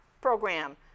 program